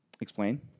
Explain